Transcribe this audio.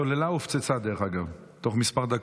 הסוללה הופצצה, דרך אגב, תוך כמה דקות.